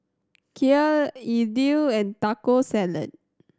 Kheer Idili and Taco Salad